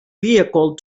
vehicle